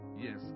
yes